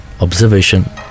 observation